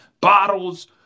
bottles